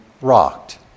rocked